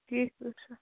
ٹھیٖک حظ چھُ